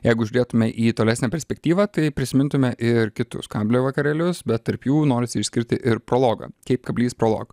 jeigu žiūrėtume į tolesnę perspektyvą tai prisimintume ir kitus kablio vakarėlius bet tarp jų norisi išskirti ir prologą kaip kablys prologo